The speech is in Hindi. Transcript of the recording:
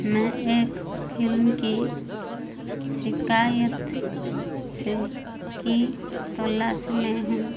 मैं एक फिल्म की शिकायत से की तलाश में हूँ